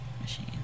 machine